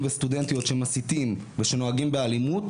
וסטודנטיות שמסיתים ושנוהגים באלימות,